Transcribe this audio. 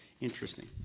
interesting